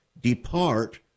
depart